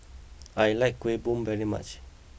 I like Kuih Bom very much